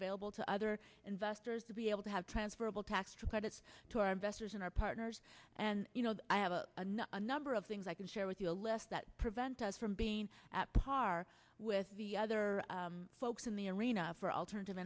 available to other investors to be able to have transferable tax credits to our investors and our partners and you know i have no a number of things i can share with you no less that prevent us from being at par with the other folks in the arena for alternative